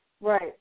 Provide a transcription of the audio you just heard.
Right